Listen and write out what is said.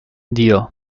dio